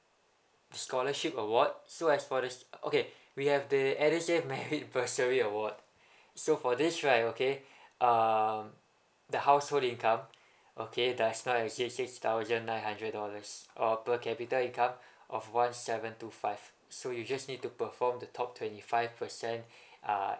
scholarship award so as for the st~ okay we have the edusave merit bursary award so for this right okay uh um the household income okay just now I said six thousand nine hundred dollars or per capita income of one seven two five so you just need to perform the top twenty five percent uh